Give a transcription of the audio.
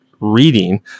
reading